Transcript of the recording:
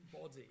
body